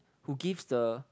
who gives the